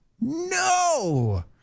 No